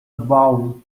bowl